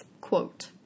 quote